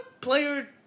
player